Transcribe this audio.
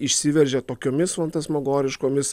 išsiveržia tokiomis fantasmagoriškomis